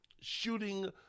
shooting